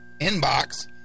inbox